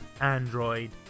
Android